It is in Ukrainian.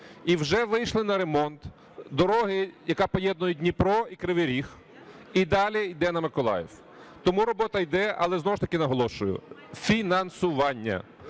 І вже вийшли на ремонт дороги, яка поєднує Дніпро і Кривий Ріг і далі іде на Миколаїв. Тому робота іде. Але знову ж таки наголошую: фінансування.